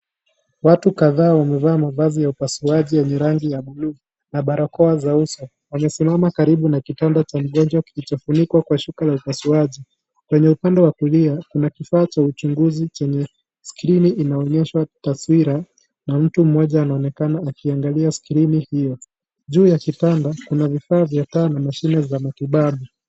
Watu kadhaa wamevaa mavazi ya upasuaji yenye rangi ya bluu na barakoa za uso. Wamesimama karibu na kitanda cha mgonjwa kilichofunikwa kwa shuka ya upasuaji. Kwenye upande wa kulia kuna kifaa cha wahuguzi chenye skrini inaonyesha taswira . Mtu mmoja anaonekana akiangalia skrini hiyo. Juu ya Kitanda, kuna vifaa kadha na mashine ya matibabu.